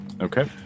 Okay